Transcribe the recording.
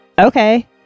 okay